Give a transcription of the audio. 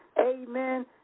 Amen